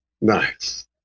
Nice